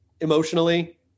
emotionally